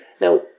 Now